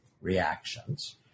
reactions